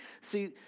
See